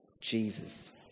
Jesus